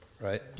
Right